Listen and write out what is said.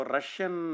Russian